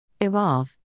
Evolve